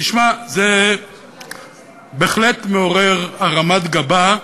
תשמע, זה בהחלט מעורר הרמת גבה,